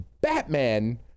Batman